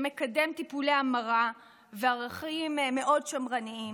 שמקדם טיפולי המרה וערכים מאוד שמרניים,